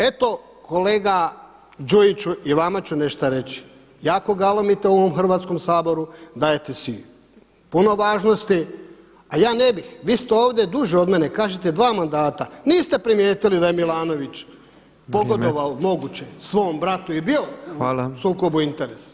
Eto kolega Đujiću i vama ću nešto reći, jako galamite u ovom Hrvatskom saboru, dajete si puno važnosti a ja ne bih, vi ste ovdje duže od mene, kažete 2 mandata, niste primijetili da je Milanović pogodovao moguće svom bratu i bio u sukobu interesa.